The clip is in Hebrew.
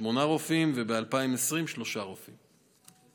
שמונה רופאים, ב-2020: שלושה רופאים.